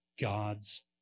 God's